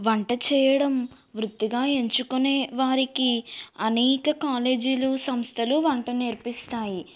వంట చేయడం వృత్తిగా ఎంచుకునే వారికి అనేక కాలేజీలు సంస్థలు వంట నేర్పిస్తాయి